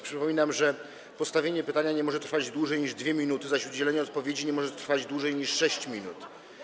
Przypominam, że postawienie pytania nie może trwać dłużej niż 2 minuty, zaś udzielenie odpowiedzi nie może trwać dłużej niż 6 minut.